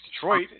Detroit